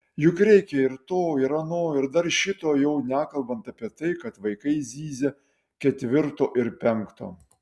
juk reikia ir to ir ano ir dar šito jau nekalbant apie tai kad vaikai zyzia ketvirto ir penkto